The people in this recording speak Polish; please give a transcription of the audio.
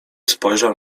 spojrzał